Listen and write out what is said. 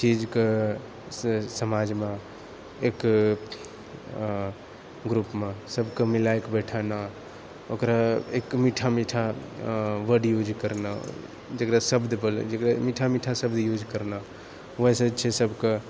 चीजके समाजमे एक ग्रुप मे सबके मिलायके बैठाना ओकरा एक मीठा मीठा वर्ड यूज करना जेकरा शब्द बोलै छै मीठा मीठा शब्द यूज करना वाइसऽ छै सबकऽ